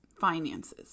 finances